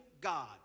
God